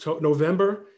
November